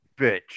bitch